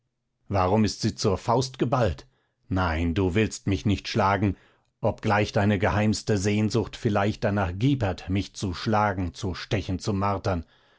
warum ist sie zur faust geballt nein du willst mich nicht schlagen obgleich deine geheimste sehnsucht vielleicht danach giepert mich zu schlagen zu stechen zu martern